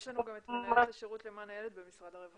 יש לנו את עורכת הדין נטלי מופסיק מהלשכה המשפטית במשרד העבודה,